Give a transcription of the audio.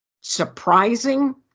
surprising